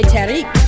Tariq